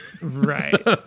Right